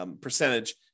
percentage